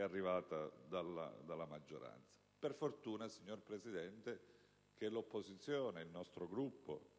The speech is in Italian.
arrivata dalla maggioranza. Per fortuna, signor Presidente, l'opposizione e il nostro Gruppo